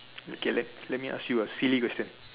okay let let me ask you a silly question